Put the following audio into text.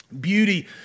beauty